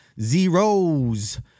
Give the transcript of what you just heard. zeros